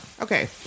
Okay